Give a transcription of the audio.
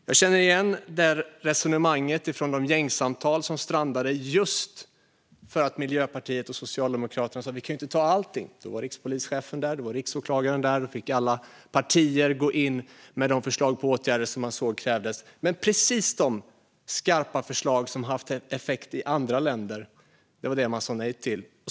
Jag känner igen det resonemanget från de gängsamtal som strandade just för att Miljöpartiet och Socialdemokraterna sa: Vi kan ju inte ta allting. Både rikspolischefen och riksåklagaren var där, och alla partier fick gå in med förslag på åtgärder som man såg krävdes. Men precis de skarpa förslag som haft effekt i andra länder sa man nej till.